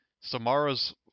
Samara's